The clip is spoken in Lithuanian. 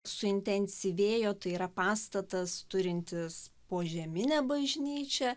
suintensyvėjo tai yra pastatas turintis požeminę bažnyčią